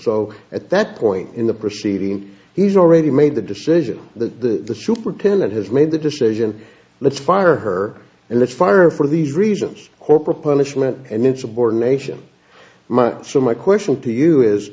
so at that point in the proceedings he's already made the decision the superintendent has made the decision let's fire her and let's fire for these reasons corporal punishment and insubordination so my question to you is